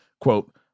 quote